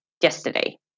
yesterday